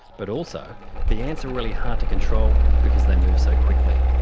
but also the ants are really hard to control because they move so quickly.